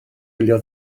wylio